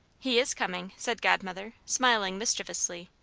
he is coming, said godmother, smiling mischievously,